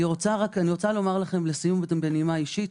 בנימה אישית,